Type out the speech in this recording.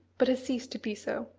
but has ceased to be so.